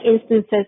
instances